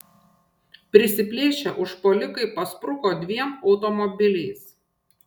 prisiplėšę užpuolikai paspruko dviem automobiliais